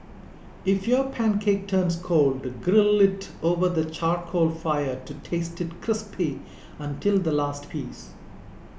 if your pancake turns cold grill it over the charcoal fire to taste it crispy until the last piece